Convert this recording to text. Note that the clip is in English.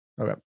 Okay